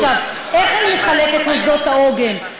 איך אני אחלק את מוסדות העוגן?